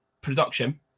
production